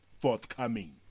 forthcoming